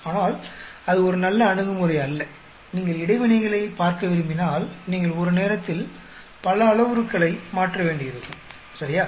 ஆனால் அது ஒரு நல்ல அணுகுமுறை அல்ல நீங்கள் இடைவினைகளைப் பார்க்க விரும்பினால் நீங்கள் ஒரு நேரத்தில் பல அளவுருக்களை மாற்ற வேண்டியிருக்கும் சரியா